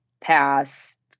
pass